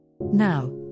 Now